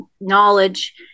knowledge